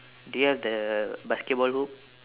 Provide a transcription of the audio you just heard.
do you have the basketball hoop